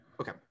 okay